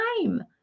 time